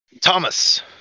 Thomas